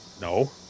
No